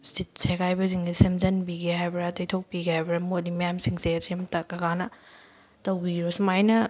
ꯁꯤꯠ ꯁꯦꯒꯥꯏꯕꯁꯤꯡꯁꯦ ꯁꯦꯝꯖꯟꯕꯤꯒꯦ ꯍꯥꯏꯕ꯭ꯔꯥ ꯇꯩꯊꯣꯛꯄꯤꯒꯦ ꯍꯥꯏꯕ꯭ꯔꯥ ꯃꯣꯠꯂꯤ ꯃꯌꯥꯝ ꯁꯤꯡꯁꯦ ꯁꯤ ꯑꯝꯇ ꯀꯀꯥꯅ ꯇꯧꯕꯤꯔꯣ ꯁꯨꯃꯥꯏꯅ